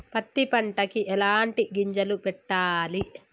పత్తి పంటకి ఎలాంటి గింజలు పెట్టాలి?